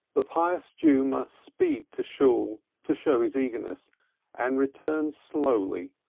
the pious jew must speed to shool to show his eagerness and return slowly,